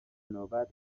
نوبت